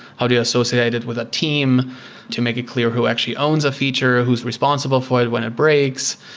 how do you associate it with a team to make it clear who actually owns a feature? who's responsible for it when it breaks?